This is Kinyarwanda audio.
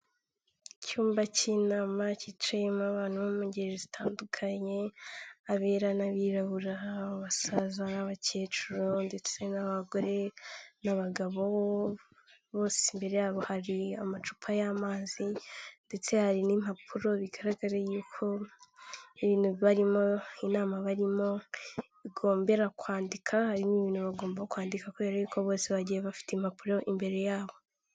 Icyumba cy'inama cyicayemo abantu bo mu ngeri zitandukanye, abera n'abirabura, basaza n'abakecuru ndetse n'abagore n'abagabo, bose imbere yabo hari amacupa y'amazi ndetse hari n'impapuro bigaragara yuko ibintu barimo, inama barimo igombera kwandika, harimo ibintu bagomba kwandika kubera ariko ko bose bagiye bafite impapuro imbere yabo.